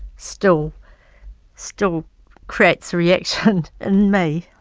still still creates reactions in me